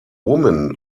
woman